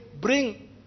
Bring